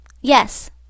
YES